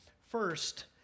First